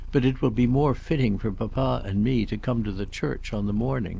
but it will be more fitting for papa and me to come to the church on the morning